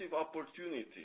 opportunity